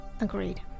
Agreed